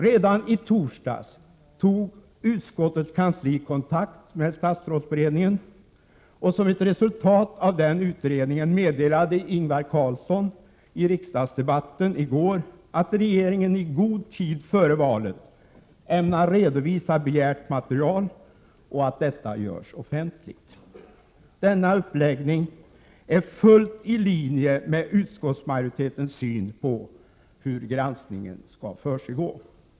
Redan i torsdags tog utskottets kansli kontakt med statsrådsberedningen, och som ett resultat av den kontakten meddelade Ingvar Carlsson i riksdagsdebatten i går att regeringen i god tid före valet ämnar redovisa begärt material och att detta görs offentligt. Denna uppläggning är fullt i linje med utskottsmajoritetens syn på hur granskningen skall försiggå.